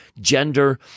gender